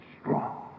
strong